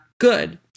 good